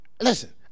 Listen